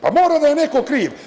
Pa mora da je neko kriv.